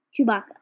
Chewbacca